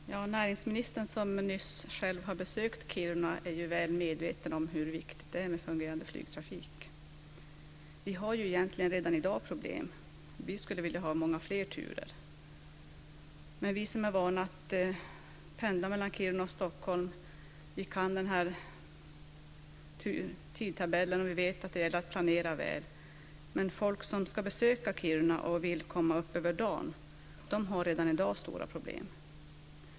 Fru talman! Näringsministern, som själv nyss har besökt Kiruna, är väl medveten om hur viktigt det är med fungerande flygtrafik. Vi har egentligen problem redan i dag. Vi skulle vilja ha många fler turer. Vi som är vana vid att pendla mellan Kiruna och Stockholm kan den här tidtabellen, och vi vet att det gäller att planera väl. Men folk som ska besöka Kiruna och vill komma upp över dagen har redan i dag stora problem.